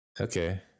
Okay